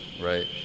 right